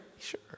Sure